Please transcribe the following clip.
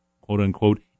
quote-unquote